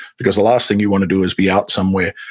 because the last thing you want to do is be out somewhere,